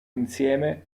insieme